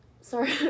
sorry